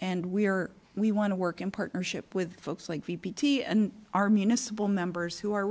and we are we want to work in partnership with folks like the p t and our municipal members who are